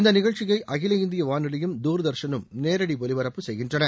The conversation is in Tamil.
இந்த நிகழ்ச்சியை அகில இந்திய வானொலியும் தூர்தர்ஷனும் நேரடி ஒலிபரப்பு செய்கின்றன